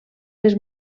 les